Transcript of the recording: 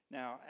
now